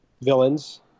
villains